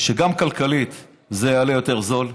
שגם כלכלית זה יהיה יותר זול.